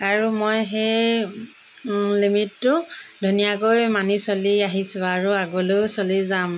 আৰু মই সেই লিমিটটো ধুনীয়াকৈ মানি চলি আহিছোঁ আৰু আগলৈয়ো চলি যাম